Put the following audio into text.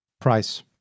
Price